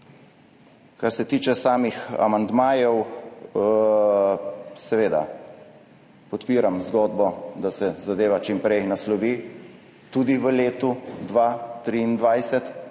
Kar se tiče amandmajev, seveda podpiram zgodbo, da se zadeva čim prej naslovi, tudi v letu 2023,